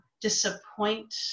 disappoint